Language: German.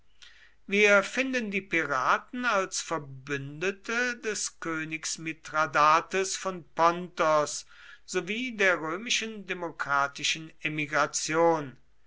wir finden die piraten als verbündete des königs mithradates von pontos sowie der römischen demokratischen emigration